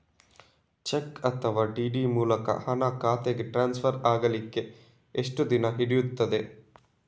Check ಅಥವಾ DD ಮೂಲಕ ಹಣ ಖಾತೆಗೆ ಟ್ರಾನ್ಸ್ಫರ್ ಆಗಲಿಕ್ಕೆ ಎಷ್ಟು ದಿನ ಹಿಡಿಯುತ್ತದೆ?